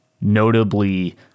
notably